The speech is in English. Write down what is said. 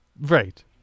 Right